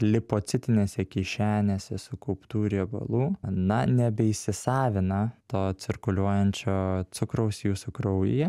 lipocitinėse kišenėse sukauptų riebalų na nebeįsisavina to cirkuliuojančio cukraus jūsų kraujyje